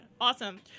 Awesome